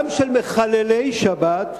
גם של מחללי שבת,